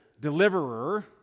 deliverer